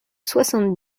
soixante